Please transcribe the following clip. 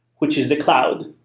which is the cloud.